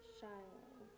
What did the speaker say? Shiloh